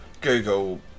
Google